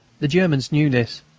the germans knew this.